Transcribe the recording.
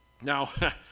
Now